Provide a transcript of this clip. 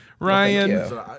Ryan